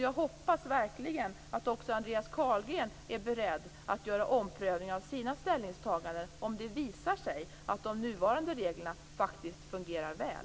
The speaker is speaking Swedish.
Jag hoppas verkligen att också Andreas Carlgren är beredd att ompröva sina ställningstaganden, om det visar sig att de nuvarande reglerna faktiskt fungerar väl.